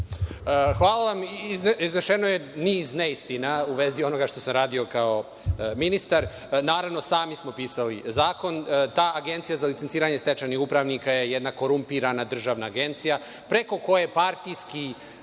Hvala vam. Iznešeno je niz neistina u vezi onoga što sam radio kao ministar. Naravno, sami smo pisali zakon. Ta Agencija za licenciranje stečajnih upravnika je jedna korumpirana državna agencija, preko koje partijski